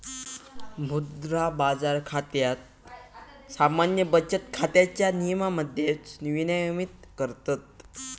मुद्रा बाजार खात्याक सामान्य बचत खात्याच्या नियमांमध्येच विनियमित करतत